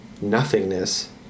nothingness